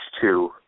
two